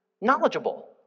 knowledgeable